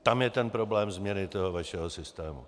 Tam je ten problém změny toho vašeho systému.